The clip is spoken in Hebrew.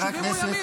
יישובים מאוימים.